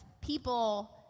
people